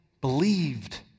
believed